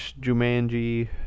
Jumanji